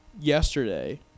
yesterday